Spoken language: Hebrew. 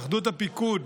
אחדות הפיקוד,